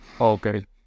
Okay